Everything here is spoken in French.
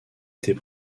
était